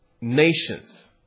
nations